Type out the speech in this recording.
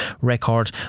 record